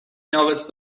ناقص